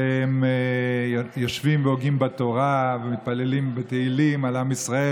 הם יושבים והוגים בתורה ומתפללים בתהילים על עם ישראל,